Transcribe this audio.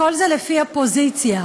הכול זה לפי הפוזיציה,